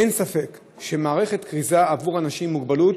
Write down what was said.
אין ספק שמערכת כריזה עבור אנשים עם מוגבלות